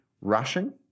rushing